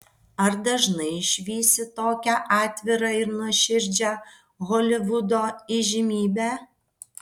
ar dažnai išvysi tokią atvirą ir nuoširdžią holivudo įžymybę